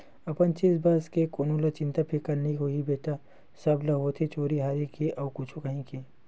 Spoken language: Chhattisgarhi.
अपन चीज बस के कोन ल चिंता फिकर नइ होही बेटा, सब ल होथे चोरी हारी के अउ कुछु काही के